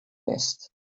west